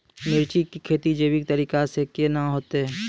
मिर्ची की खेती जैविक तरीका से के ना होते?